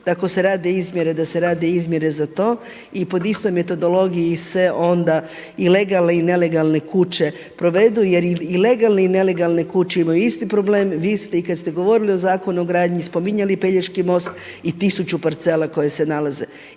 da se rade izmjere za to i po istoj metodologiji se onda i legalne i nelegalne kuće provedu jer i legalne i nelegalne kuće imaju isti problem. Vi ste i kada ste govorili o Zakonu o gradnji spominjali Pelješki most i tisuću parcela koje se nalaze.